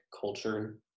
culture